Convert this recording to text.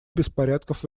беспорядков